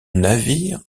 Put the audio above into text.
navire